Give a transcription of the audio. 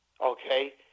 Okay